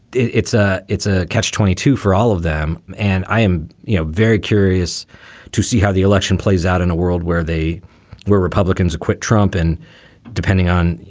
it's a it's a catch twenty two for all of them. and i am you know very curious to see how the election plays out in a world where they were republicans quit trump and depending on,